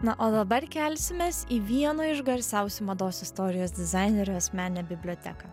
na o dabar kelsimės į vieno iš garsiausių mados istorijos dizainerių asmeninę biblioteką